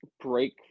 Break